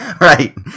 Right